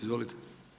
Izvolite.